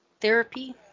therapy